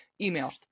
Email